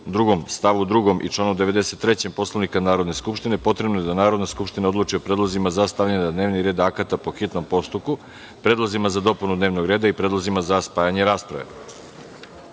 članu 92. stav 2. i članu 93. Poslovnika Narodne skupštine, potrebno je da Narodna skupština odluči o predlozima za stavljanje na dnevni red akta po hitnom postupku, predlozima za dopunu dnevnog reda i predlozima za spajanje rasprave. Vlada